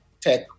tech